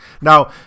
Now